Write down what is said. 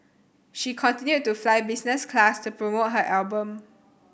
she continued to fly business class to promote her album